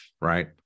right